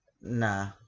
Nah